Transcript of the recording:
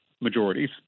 Majorities